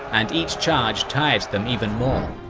and each charge tired them even more.